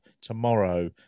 tomorrow